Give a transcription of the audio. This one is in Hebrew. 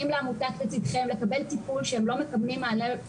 לעמותת "לצדכם" לקבל טיפול שהם לא מקבלים ברווחה.